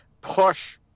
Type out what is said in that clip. push